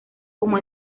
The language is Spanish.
como